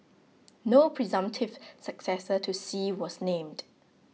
no presumptive successor to Xi was named